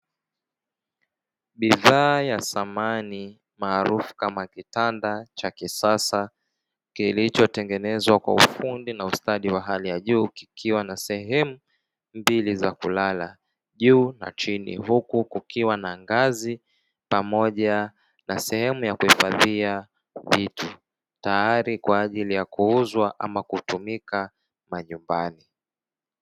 Bidhaa ya samani maarufu kama kitanda cha kisasa kilichotengenezwa kwa ufundi na ustadi wa hali ya juu, kikiwa na sehemu mbili za kulala juu na chini, huku kukiwa na ngazi pamoja na sehemu ya kuhifadhia vitu tayari kwa ajili ya kuuzwa ama kutumika majumbani.